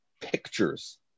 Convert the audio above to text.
pictures